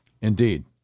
Indeed